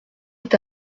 est